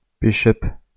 Bishop